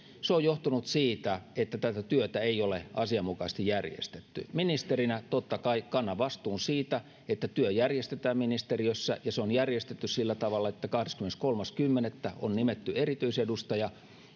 se on johtunut siitä että tätä työtä ei ole asianmukaisesti järjestetty ministerinä totta kai kannan vastuun siitä että työ järjestetään ministeriössä ja se on järjestetty sillä tavalla että kahdeskymmeneskolmas kymmenettä on nimetty erityisedustaja